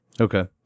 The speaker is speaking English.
Okay